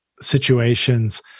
situations